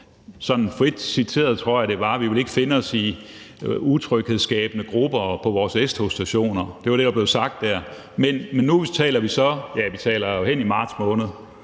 sådan frit citeret tror jeg, der blev sagt: Vi vil ikke finde os i utryghedsskabende grupper på vores S-togsstationer. Det var det, der blev sagt der, men nu taler vi jo henne i marts måned,